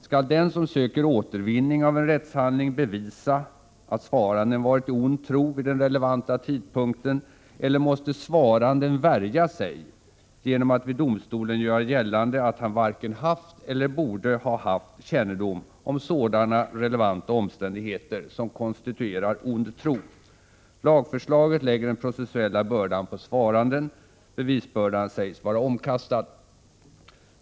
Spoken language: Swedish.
Skall den som söker återvinning av en rättshandling bevisa att svaranden varit i ond tro vid den relevanta tidpunkten eller måste svaranden värja sig genom att vid domstolen göra gällande att han varken haft eller borde ha haft kännedom om sådana relevanta omständigheter som konstituerar ond tro? Lagförslaget lägger den processuella bördan på svaranden. Bevisbördan sägs vara omkastad.